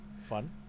fun